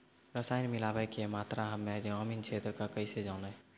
रसायन मिलाबै के मात्रा हम्मे ग्रामीण क्षेत्रक कैसे जानै?